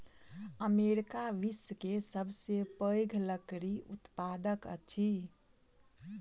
America विश्व के सबसे पैघ लकड़ी उत्पादक अछि